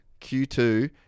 Q2